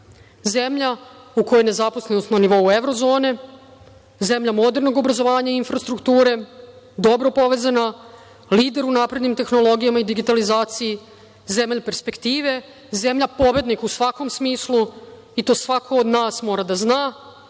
zemlja u kojoj je nezaposlenost na nivou evrozone, zemlja modernog obrazovanja i infrastrukture, dobro povezana, lider u naprednim tehnologijama i digitalizaciji, zemlja perspektive, zemlja pobednika u svakom smislu i to svako od nas mora da zna